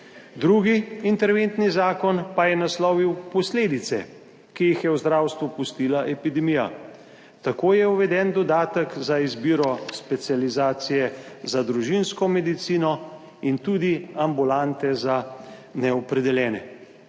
Drugi interventni zakon pa je naslovil posledice, ki jih je v zdravstvu pustila epidemija, tako je uveden dodatek za izbiro specializacije za družinsko medicino in tudi ambulante za neopredeljene.